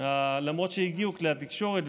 למרות שהגיעו כלי התקשורת,